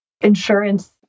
insurance